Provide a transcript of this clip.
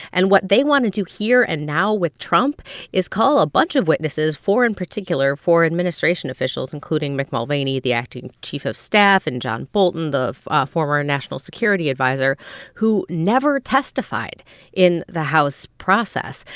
and what they wanted to hear and now with trump is call a bunch of witnesses, four in particular four administration officials, including mick mulvaney, the acting chief of staff, and john bolton, the ah former national security adviser who never testified in the house process.